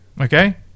Okay